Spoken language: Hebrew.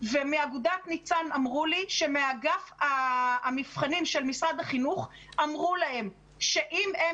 ומאגודת ניצ"ן אמרו לי שמאגף המבחנים של משרד החינוך אמרו להם שאם הם